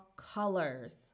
Colors